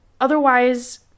Otherwise